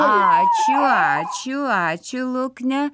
ačiū ačiū ačiū lukne